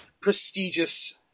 prestigious